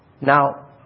Now